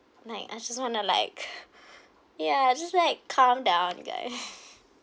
like I just want to like ya just like calm down you guys